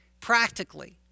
practically